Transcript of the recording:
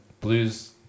Blue's